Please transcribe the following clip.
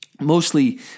Mostly